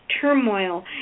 turmoil